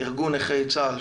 ארגון נכי צה"ל,